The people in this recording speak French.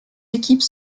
équipes